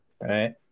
Right